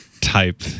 type